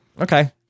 Okay